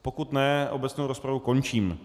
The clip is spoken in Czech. Pokud ne, obecnou rozpravu končím.